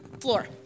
floor